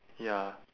ya